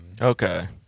Okay